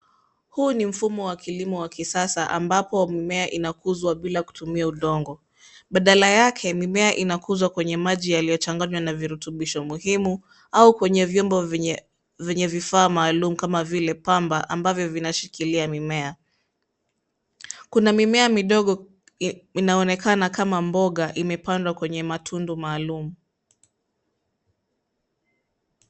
Huu ni mfumo wa kilimo wa kisasa ambapo mimea inakuzwa bila kutumia udongo. Badala yake, mimea inakuzwa kwenye maji yaliyochanganywa na virutubisho muhimu, au kwenye vyombo vyenye vifaa maalum kama vile pamba ambavyo vinashikilia mimea. Kuna mimea midogo inaonekana kama mboga imepandwa kwenye matundu maalum.